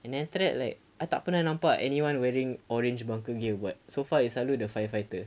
and then after that like I tak pernah nampak anyone wearing orange bunker gear buat so far is selalu the firefighter